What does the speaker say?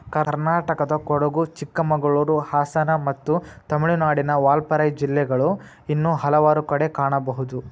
ಕರ್ನಾಟಕದಕೊಡಗು, ಚಿಕ್ಕಮಗಳೂರು, ಹಾಸನ ಮತ್ತು ತಮಿಳುನಾಡಿನ ವಾಲ್ಪಾರೈ ಜಿಲ್ಲೆಗಳು ಇನ್ನೂ ಹಲವಾರು ಕಡೆ ಕಾಣಬಹುದು